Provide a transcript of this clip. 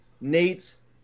Nate's